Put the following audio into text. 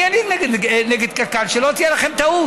אני, אין לי נגד קק"ל, שלא תהיה לכם טעות.